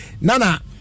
Nana